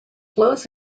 flows